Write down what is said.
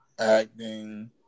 Acting